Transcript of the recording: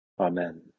Amen